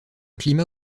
climat